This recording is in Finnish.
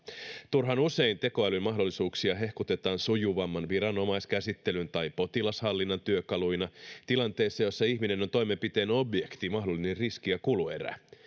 turhan usein tekoälyn mahdollisuuksia hehkutetaan sujuvamman viranomaiskäsittelyn tai potilashallinnon työkaluina tilanteissa jossa ihminen on toimenpiteen objekti mahdollinen riski ja kuluerä